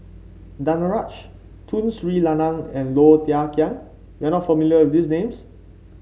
Danaraj Tun Sri Lanang and Low Thia Khiang You are not familiar with these names